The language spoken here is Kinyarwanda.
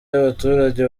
y’abaturage